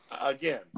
Again